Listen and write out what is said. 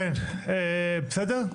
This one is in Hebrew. כן, בסדר?